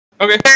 Okay